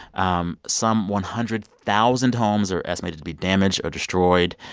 um some one hundred thousand homes are estimated to be damaged or destroyed.